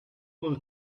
will